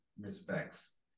respects